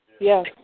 Yes